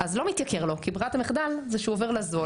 אז לא מתייקר לו, כי ברירת המחדל שהוא עובר לזול.